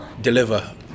Deliver